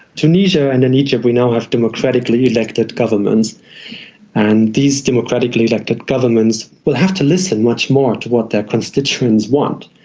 tunisia and in egypt we now have democratically elected governments and these democratically elected governments will have to listen much more to what their constituents want.